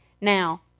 Now